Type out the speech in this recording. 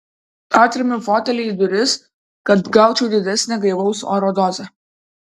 atremiu fotelį į duris kad gaučiau didesnę gaivaus oro dozę